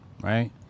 right